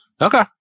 Okay